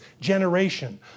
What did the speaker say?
generation